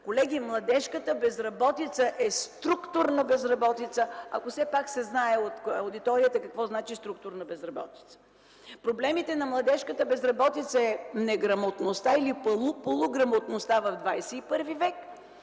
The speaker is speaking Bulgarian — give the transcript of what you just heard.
Колеги, младежката безработица е структурна безработица, ако все пак се знае от аудиторията какво значи „структурна безработица”! Проблемите на младежката безработица са неграмотността или полуграмотността в ХХІ век